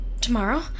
Tomorrow